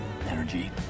energy